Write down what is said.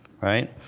right